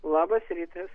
labas rytas